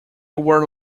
were